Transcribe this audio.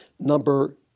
Number